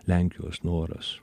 lenkijos noras